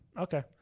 Okay